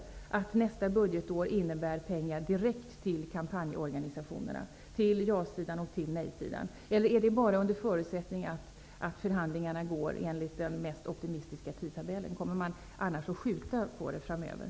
Kommer det för nästa budgetår att innebära att pengar direkt går till kampanjorganisationerna -- ja och nej-sidan -- eller är det bara under förutsättning att förhandlingarna går enligt den mest optimistiska tidtabellen? Kommer man annars att skjuta upp det hela?